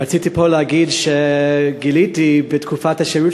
רציתי להגיד פה שגיליתי בתקופת השירות